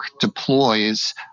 deploys